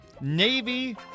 Navy